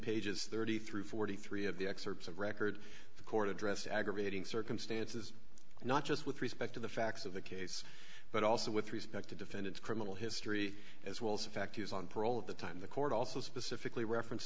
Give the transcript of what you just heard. pages thirty through forty three of the excerpts of record the court address aggravating circumstances not just with respect to the facts of the case but also with respect to defendants criminal history as well as fact he was on parole at the time the court also specifically reference